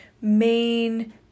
main